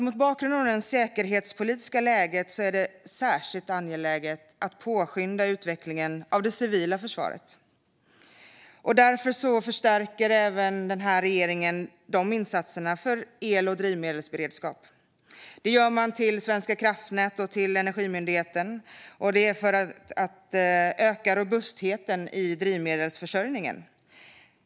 Mot bakgrund av det säkerhetspolitiska läget är det särskilt angeläget att påskynda utvecklingen av det civila försvaret. Därför förstärker även regeringen insatserna för el och drivmedelsberedskap. Det gör man till Svenska kraftnät och till Energimyndigheten för att öka robustheten i drivmedelsförsörjningen.